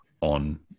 on